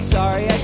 Sorry